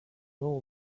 all